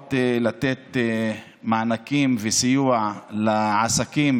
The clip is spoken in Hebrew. שבאות לתת מענקים וסיוע לעסקים